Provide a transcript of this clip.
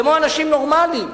כמו אנשים נורמליים,